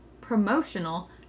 promotional